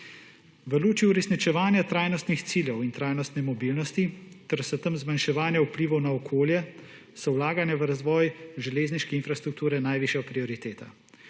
V luči uresničevanja trajnostnih cilje in trajnostne mobilnosti ter s tem zmanjševanja vplivov na okolje se vlaganja v razvoj železniške infrastrukture najvišja prioriteta.